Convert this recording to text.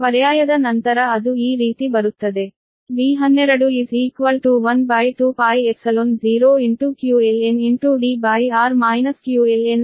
ಪರ್ಯಾಯದ ನಂತರ ಅದು ಈ ರೀತಿ ಬರುತ್ತದೆ V1212π0qlndr qrd q4h2D22h q 2h4h2D2 right